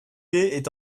est